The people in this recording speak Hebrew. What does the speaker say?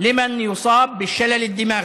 חינם לאנשים עם שיתוק מוחין.